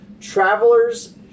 travelers